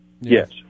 yes